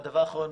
דבר אחרון,